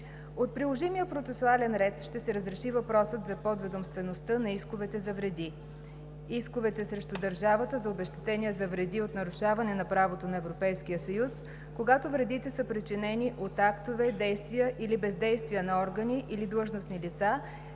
От приложимия процесуален ред ще се разреши въпросът за подведомствеността на исковете за вреди. Исковете срещу държавата за обезщетения за вреди от нарушаване на правото на Европейския съюз, когато вредите са причинени от актове, действия или бездействия на органи или длъжностни лица